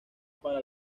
para